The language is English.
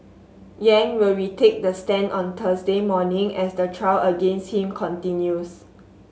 Yang will retake the stand on Thursday morning as the trial against him continues